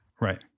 Right